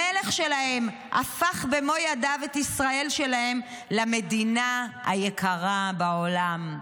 המלך שלהם הפך במו ידיו את ישראל שלהם למדינה היקרה בעולם.